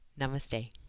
Namaste